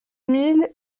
mille